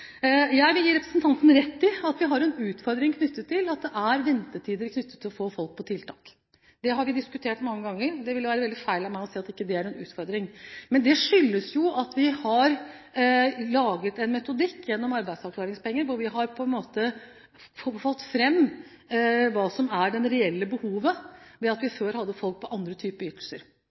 Jeg vil gi representanten rett i at vi har en utfordring knyttet til at det er ventetider når det gjelder å få folk på tiltak. Det har vi diskutert mange ganger. Det vil være veldig feil av meg å si at det ikke er en utfordring. Det skyldes jo at vi har laget en metodikk gjennom arbeidsavklaringspenger hvor vi har en måte for å få fram hva som er det reelle behovet, ved at vi før hadde folk på andre typer ytelser.